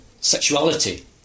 sexuality